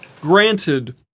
Granted